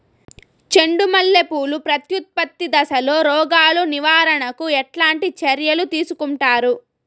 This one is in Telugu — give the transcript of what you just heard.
చెండు మల్లె పూలు ప్రత్యుత్పత్తి దశలో రోగాలు నివారణకు ఎట్లాంటి చర్యలు తీసుకుంటారు?